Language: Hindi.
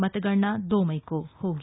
मतगणना दो मई को होगी